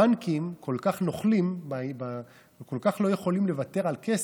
הבנקים כל כך נוכלים וכל כך לא יכולים לוותר על כסף,